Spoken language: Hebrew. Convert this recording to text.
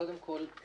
קודם כול,